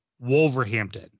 Wolverhampton